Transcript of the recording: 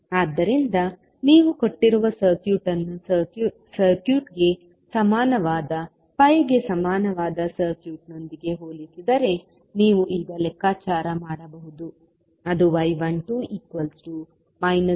ಆದ್ದರಿಂದ ನೀವು ಕೊಟ್ಟಿರುವ ಸರ್ಕ್ಯೂಟ್ ಅನ್ನು ಸರ್ಕ್ಯೂಟ್ಗೆ ಸಮಾನವಾದ piಗೆ ಸಮಾನವಾದ ಸರ್ಕ್ಯೂಟ್ನೊಂದಿಗೆ ಹೋಲಿಸಿದರೆ ನೀವು ಈಗ ಲೆಕ್ಕಾಚಾರ ಮಾಡಬಹುದು ಅದು y12 0